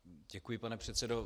Děkuji, pane předsedo.